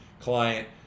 client